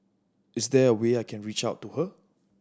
is there a way I can reach out to her